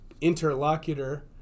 interlocutor